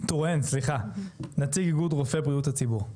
נציג איגוד רופאי בריאות הציבור.